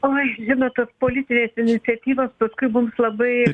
oi žinot tos politinės iniciatyvos paskui mums labai